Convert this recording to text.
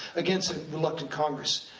against a reluctant congress.